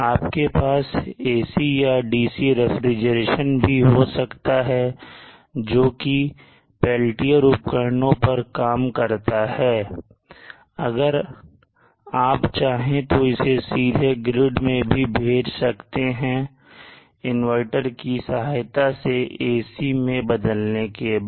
आपके पास AC या DC रेफ्रिजरेशन भी हो सकता है जो कि पेल्टियर उपकरणों पर काम करता है अगर आप चाहे तो इसे सीधे ग्रीड में भी भेज सकते हैं इनवर्टर की सहायता से AC मैं बदलने के बाद